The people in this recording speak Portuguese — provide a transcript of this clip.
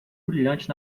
brilhante